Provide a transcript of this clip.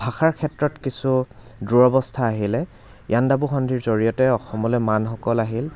ভাষাৰ ক্ষেত্ৰত কিছু দূৰৱস্থা আহিলে ইয়াণ্ডাবু সন্ধিৰ জৰিয়তে অসমলৈ মানসকল আহিল